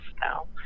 now